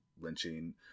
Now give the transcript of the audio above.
lynching